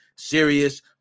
serious